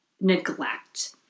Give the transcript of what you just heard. neglect